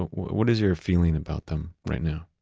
what is your feeling about them right now?